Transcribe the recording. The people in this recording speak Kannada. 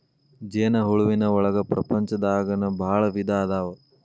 ಜೇನ ಹುಳುವಿನ ಒಳಗ ಪ್ರಪಂಚದಾಗನ ಭಾಳ ವಿಧಾ ಅದಾವ